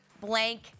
blank